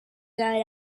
night